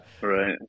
Right